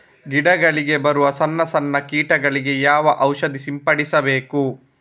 ಗಿಡಗಳಿಗೆ ಬರುವ ಸಣ್ಣ ಸಣ್ಣ ಕೀಟಗಳಿಗೆ ಯಾವ ಔಷಧ ಸಿಂಪಡಿಸಬೇಕು?